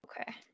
Okay